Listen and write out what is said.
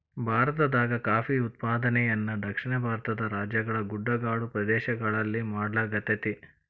ಭಾರತದಾಗ ಕಾಫಿ ಉತ್ಪಾದನೆಯನ್ನ ದಕ್ಷಿಣ ಭಾರತದ ರಾಜ್ಯಗಳ ಗುಡ್ಡಗಾಡು ಪ್ರದೇಶಗಳಲ್ಲಿ ಮಾಡ್ಲಾಗತೇತಿ